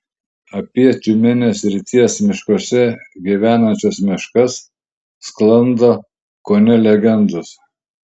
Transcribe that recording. apie tiumenės srities miškuose gyvenančias meškas sklando kone legendos